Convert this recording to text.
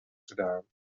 gedaan